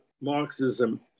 Marxism